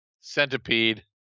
centipede